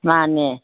ꯃꯥꯅꯦ